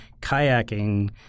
kayaking